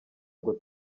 ngo